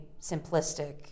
simplistic